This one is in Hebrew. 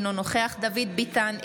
אינו נוכח דוד ביטן,